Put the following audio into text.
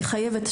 היא בעייתית.